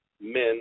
men